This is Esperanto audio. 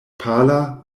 pala